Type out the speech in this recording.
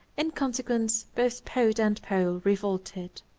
in consequence, both poet and pole revolted.